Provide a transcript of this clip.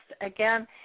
Again